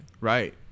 Right